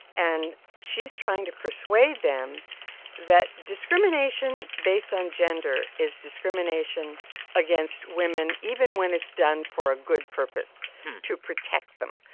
and she's trying to persuade them that discrimination based on gender is discrimination against women even when it's done for a good purpose to protect them,